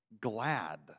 glad